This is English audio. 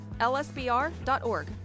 lsbr.org